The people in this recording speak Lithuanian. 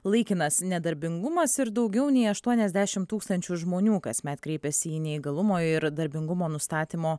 laikinas nedarbingumas ir daugiau nei aštuoniasdešimt tūkstančių žmonių kasmet kreipiasi į neįgalumo ir darbingumo nustatymo